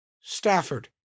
Stafford